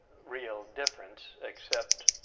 real difference, except